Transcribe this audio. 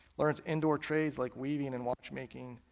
learns indoor trades like weaving and watchmaking,